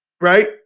Right